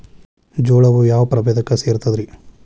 ಜೋಳವು ಯಾವ ಪ್ರಭೇದಕ್ಕ ಸೇರ್ತದ ರೇ?